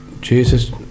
Jesus